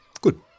Good